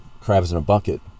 crabs-in-a-bucket